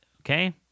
Okay